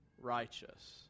righteous